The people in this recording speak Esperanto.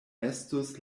estus